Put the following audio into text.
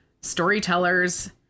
storytellers